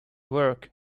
work